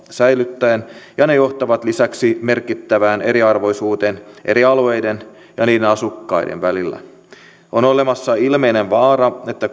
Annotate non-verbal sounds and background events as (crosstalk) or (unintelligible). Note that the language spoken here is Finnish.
säilyttäen ja ne johtavat lisäksi merkittävään eriarvoisuuteen eri alueiden ja niiden asukkaiden välillä on olemassa ilmeinen vaara että (unintelligible)